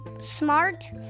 smart